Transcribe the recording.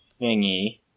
thingy